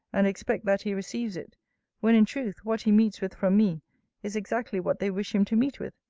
and expect that he receives it when, in truth, what he meets with from me is exactly what they wish him to meet with,